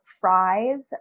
fries